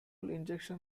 injection